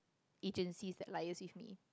agencies that liaise with me